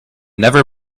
never